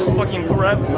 fucking forever